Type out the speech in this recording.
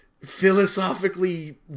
philosophically